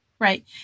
Right